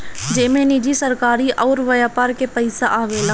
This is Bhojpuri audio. जेमे निजी, सरकारी अउर व्यापार के पइसा आवेला